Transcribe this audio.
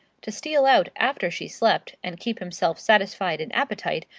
to steal out after she slept, and keep himself satisfied in appetite,